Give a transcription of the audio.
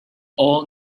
all